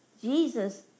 Jesus